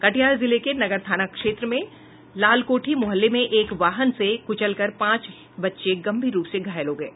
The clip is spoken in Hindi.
कटिहार जिले के नगर थाना क्षेत्र में लालकोठी मुहल्ले में एक वाहन से कुचलकर पांच बच्चे गंभीर रूप से घायल हो गये